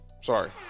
Sorry